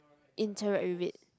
interact with it